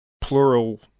plural